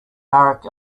barack